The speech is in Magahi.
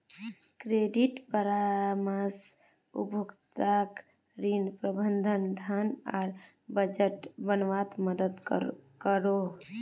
क्रेडिट परामर्श उपभोक्ताक ऋण, प्रबंधन, धन आर बजट बनवात मदद करोह